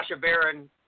Baron